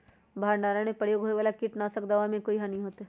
भंडारण में प्रयोग होए वाला किट नाशक दवा से कोई हानियों होतै?